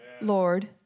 Lord